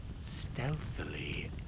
stealthily